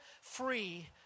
free